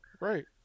Right